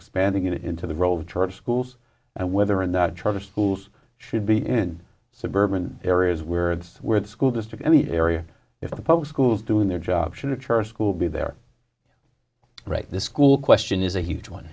expanding it into the role of charter schools and whether or not charter schools should be in suburban areas where it's where the school district and the area if the public schools doing their job should a charter school be there right the school question is a huge one